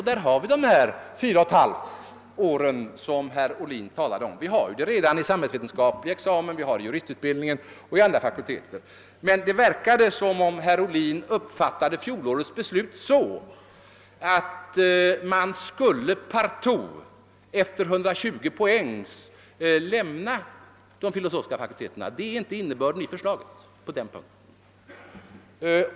Där har vi dessa fyra och ett halvt år som herr Ohlin talade om. Vi har det redan i samhällsvetenskaplig examen, vi har det i juristutbildningen och vid andra fakulteter. Men det verkade som om herr Ohlin uppfattade fjolårets beslut så, att man skulle partout efter 120 poäng lämna de filosofiska fakulteterna. Det är inte innebörden i förslaget på den punkten.